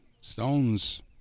Stone's